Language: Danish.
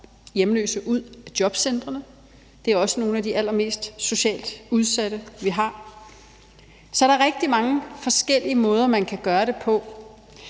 hjemløse ud af jobcentrene. Det er også nogle af de allermest socialt udsatte, vi har. Så der er rigtig mange forskellige måder, man kan gøre det på.